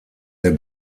der